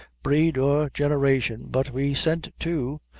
breed, or generation but we sent to.